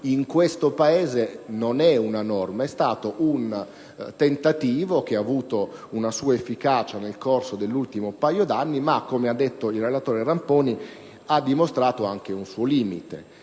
in questo Paese non è una norma. È stato un tentativo, che ha avuto una sua efficacia nel corso dell'ultimo paio d'anni, ma che, come ha detto il relatore Ramponi, ha dimostrato anche un suo limite,